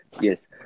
Yes